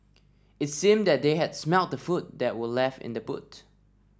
it seemed that they had smelt the food that were left in the boot